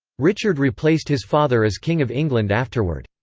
richard replaced his father as king of england afterward.